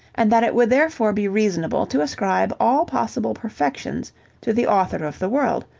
and that it would therefore be reasonable to ascribe all possible perfections to the author of the world,